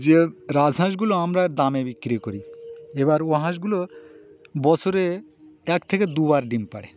যে রাজহাঁসগুলো আমরা দামে বিক্রি করি এবার ও হাঁসগুলো বছরে এক থেকে দুবার ডিম পাড়ে